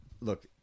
look